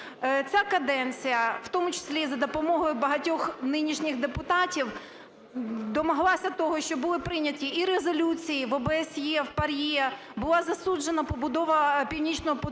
Ця каденція, в тому числі і за допомогою багатьох нинішніх депутатів, домоглася того, що були прийняті і резолюції в ОБСЄ, в ПАРЄ, була засуджена побудова "Північного потоку",